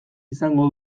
izango